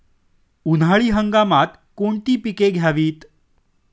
उन्हाळी हंगामात कोणती पिके घ्यावीत?